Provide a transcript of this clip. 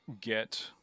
get